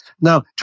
Now